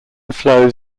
flows